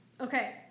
Okay